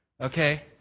Okay